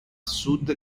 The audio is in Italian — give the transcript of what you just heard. sud